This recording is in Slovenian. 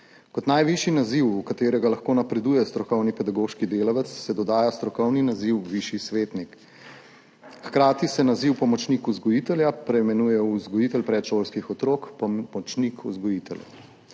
Kot najvišji naziv, v katerega lahko napreduje strokovni pedagoški delavec, se dodaja strokovni naziv višji svetnik. Hkrati se naziv pomočnik vzgojitelja preimenuje v vzgojitelj predšolskih otrok, pomočnik vzgojitelj.